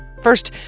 first,